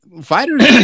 fighters